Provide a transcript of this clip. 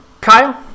Kyle